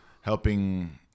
helping